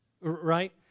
right